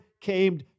came